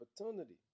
opportunity